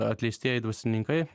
atleistieji dvasininkai